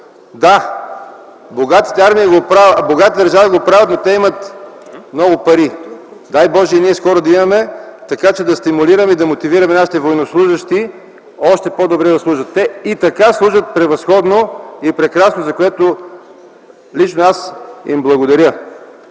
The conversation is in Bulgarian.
Да, богатите държави го правят, но те имат много пари. Дай Боже, и ние скоро да имаме, така че да стимулираме и да мотивираме нашите военнослужещи още по-добре да служат. Те и така служат превъзходно и прекрасно, за което лично аз им благодаря.